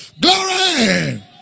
Glory